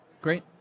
Great